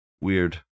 Weird